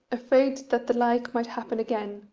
afraid that the like might happen again,